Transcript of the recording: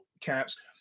caps